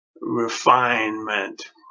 refinement